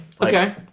Okay